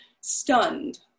stunned